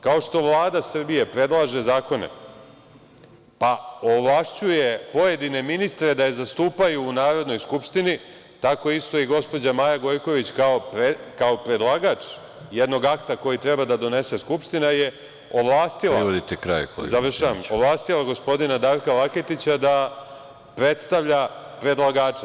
Kao što Vlada Srbije predlaže zakone, pa ovlašćuje pojedine ministre da ih zastupaju u Narodnoj skupštini, tako isto i gospođa Maja Gojković kao predlagač jednog akta koji treba da donese Skupština je ovlastila gospodina Darka Laketića da predstavlja predlagače.